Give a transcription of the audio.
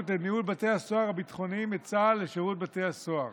לניהול בתי הסוהר הביטחוניים מצה"ל לשירות בתי הסוהר.